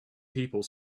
people